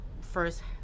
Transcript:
first